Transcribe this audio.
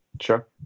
Sure